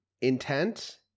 intent